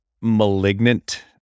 malignant